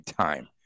time